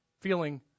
feeling